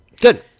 Good